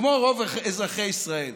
כמו רוב אזרחי ישראל